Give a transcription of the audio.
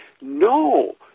no